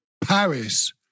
Paris